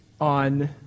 on